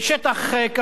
מכללת אריאל,